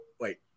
wait